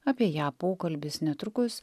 apie ją pokalbis netrukus